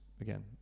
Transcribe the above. again